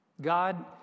God